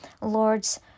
Lords